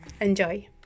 enjoy